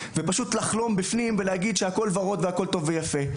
ופשוט לחלום בפנים ולהגיד שהכול ורוד והכול טוב ויפה.